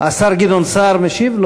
השר גדעון סער משיב?